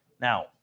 Now